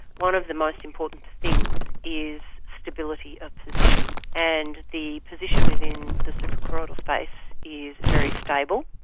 one of the most important things is stability of position, and the position within the suprachoroidal space is very stable.